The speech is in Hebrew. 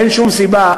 אין שום סיבה.